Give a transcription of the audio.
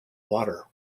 water